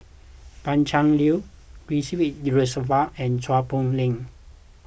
Pan Cheng Lui Ridzwan Dzafir and Chua Poh Leng